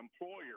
employer